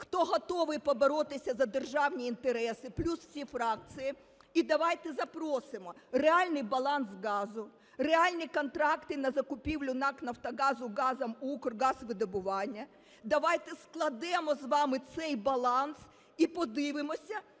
хто готовий поборотися за державні інтереси плюс всі фракції і давайте запросимо реальний баланс газу, реальні контракти на закупівлю НАК "Нафтогазу" газом у Укргазвидобування, давайте складемо з вами цей баланс і подивимося,